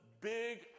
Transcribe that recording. big